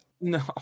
No